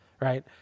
right